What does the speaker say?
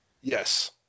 Yes